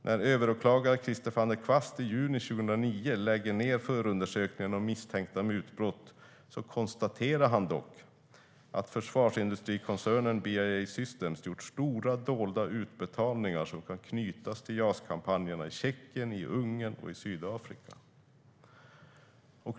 När överåklagare Christer van det Kwast i juni 2009 lägger ned förundersökningen om misstänkta mutbrott konstaterar han dock att försvarsindustrikoncernen BAE Systems hade gjort stora dolda utbetalningar som kan knytas till JAS-kampanjer i Tjeckien, Ungern och Sydafrika.